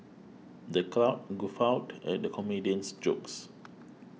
the crowd guffawed at the comedian's jokes